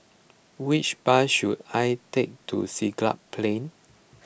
which bus should I take to Siglap Plain